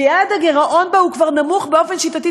שיעד הגירעון בה הוא כבר נמוך באופן שיטתי,